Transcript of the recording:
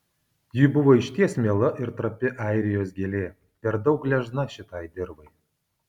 ji buvo išties miela ir trapi airijos gėlė per daug gležna šitai dirvai